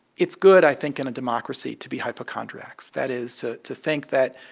it's good, i think, in a democracy to be hypochondriacs that is to to think that,